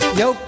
yo